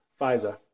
FISA